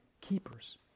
keepers